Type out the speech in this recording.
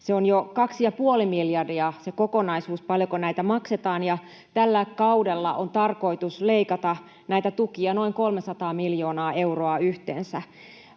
on jo 2,5 miljardia, paljonko näitä maksetaan, ja tällä kaudella on tarkoitus leikata näitä tukia yhteensä noin 300 miljoonaa euroa.